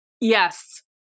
yes